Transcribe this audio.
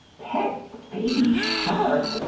pet baby shark?